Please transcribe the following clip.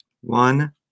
One